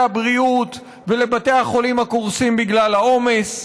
הבריאות ולבתי החולים הקורסים בגלל העומס.